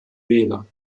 wähler